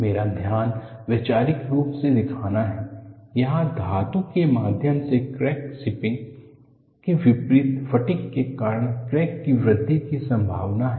मेरा ध्यान वैचारिक रूप से दिखाना है यहां धातु के माध्यम से क्रैक जिपिंग के विपरीत फटिग के कारण क्रैक के वृद्धि की संभावना है